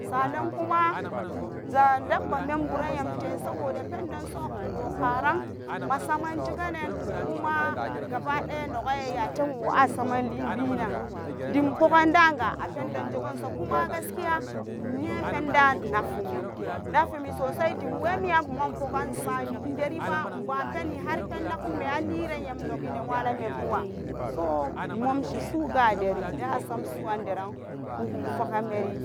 Sanapkum zan dabbamiburaya mte sa buda pendosso karan masaman zeganan yake mwo ageren lebenen de pugan gabadaya danga wopen donze geso kuma gaslaya inyen penda parumi nafumi sosai dumin wemiyan bum map pukan non geri ba non bapen harpen nakume alire yamte nenyanemabuwa so nok munshiri so gawari da samsoran de rran bumpakan meri